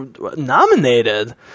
nominated